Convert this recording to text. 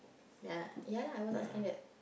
ya ya lah I was asking that